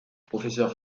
professeur